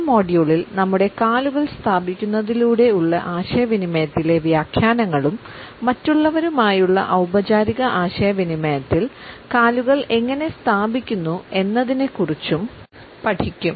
ഈ മൊഡ്യൂളിൽ നമ്മുടെ കാലുകൾ സ്ഥാപിക്കുന്നതിലൂടെ ഉള്ള ആശയവിനിമയത്തിലെ വ്യാഖ്യാനങ്ങളും മറ്റുള്ളവരുമായുള്ള ഔപചാരിക ആശയവിനിമയത്തിൽ കാലുകൾ എങ്ങനെ സ്ഥാപിക്കുന്നു എന്നതിനെക്കുറിച്ചും പഠിക്കും